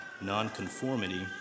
non-conformity